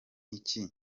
iki